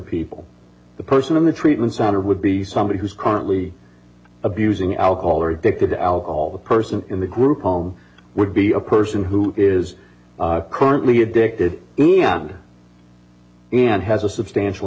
people the person in the treatment center would be somebody who's currently abusing alcohol or diktat alcohol the person in the group home would be a person who is currently addicted and has a substantial